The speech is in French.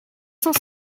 cent